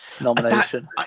nomination